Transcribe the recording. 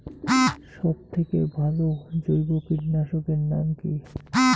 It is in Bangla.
সব থেকে ভালো জৈব কীটনাশক এর নাম কি?